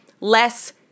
less